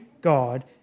God